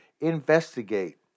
investigate